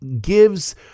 gives